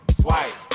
swipe